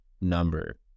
number